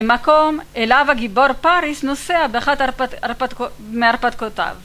מקום אליו הגיבור פאריס נוסע באחת מהרפתקאותיו.